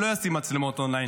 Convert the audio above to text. שלא ישים מצלמות און-ליין,